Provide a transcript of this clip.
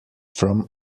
from